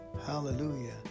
Hallelujah